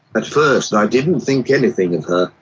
at first i didn't think anything of her,